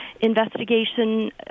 investigation